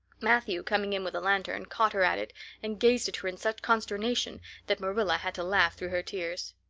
matthew, coming in with a lantern, caught her at it and gazed at her in such consternation that marilla had to laugh through her tears.